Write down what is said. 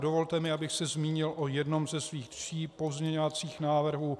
Dovolte mi, abych se zmínil o jednom ze svých tří pozměňovacích návrhů.